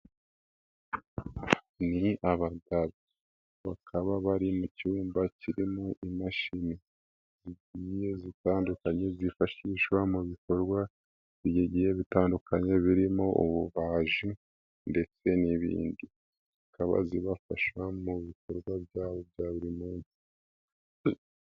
Ni abagabo bakaba bari mu cyumba kirimo imashini, zigiye zitandukanye zifashishwa mu bikorwa bigiye bitandukanye birimo ububaji ndetse n'ibindi. Zikaba zibafasha mu bikorwa byabo bya buri munsi.